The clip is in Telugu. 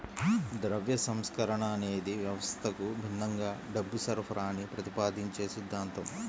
ద్రవ్య సంస్కరణ అనేది వ్యవస్థకు భిన్నంగా డబ్బు సరఫరాని ప్రతిపాదించే సిద్ధాంతం